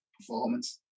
performance